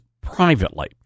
privately